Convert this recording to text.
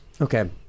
Okay